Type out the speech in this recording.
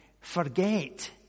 forget